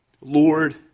Lord